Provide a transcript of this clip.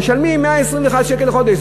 הם משלמים 121 שקלים לחודש,